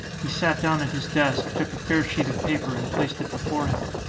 he sat down at his desk, took a fair sheet of paper, and placed it before him.